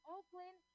Oakland